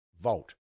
vault